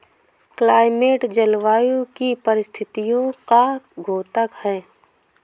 climate जलवायु की परिस्थितियों का द्योतक है